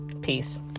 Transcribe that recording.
Peace